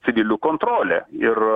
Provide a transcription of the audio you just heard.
civilių kontrolę ir